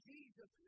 Jesus